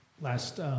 last